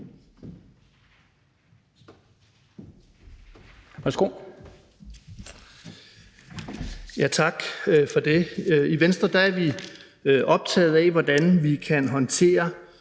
I Venstre er vi optaget af, hvordan vi kan håndtere